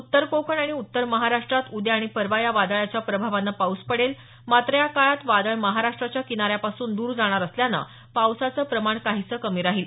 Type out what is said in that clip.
उत्तर कोकण आणि उत्तर महाराष्ट्रात उद्या आणि परवा या वादळाच्या प्रभावानं पाऊस पडेल मात्र या काळात वादळ महाराष्ट्राच्या किनार्यापासून द्र जाणार असल्यानं पावसाचं प्रमाण काहीसं कमी राहील